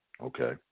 okay